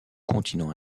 continent